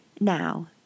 Now